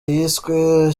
yiswe